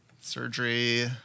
Surgery